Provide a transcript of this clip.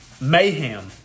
Mayhem